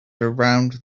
around